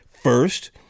First